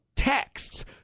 texts